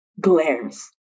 glares